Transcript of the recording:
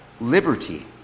liberty